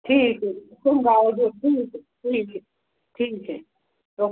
ਠੀਕ ਹੈ ਚੰਗਾ ਆ ਜਾਓ ਤੁਸੀਂ ਠੀਕ ਹੈ ਠੀਕ ਹੈ ਜੀ ਓਕੇ